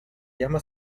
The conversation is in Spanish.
llama